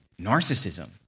narcissism